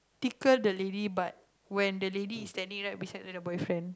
tickle the lady butt when the lady is standing right beside the boyfriend